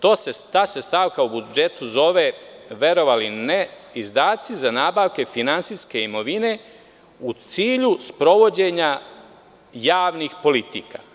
Ta se stavka u budžetu zove, verovali ili ne, izdaci za nabavke finansijske imovine u cilju sprovođenja javnih politika.